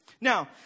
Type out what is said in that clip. Now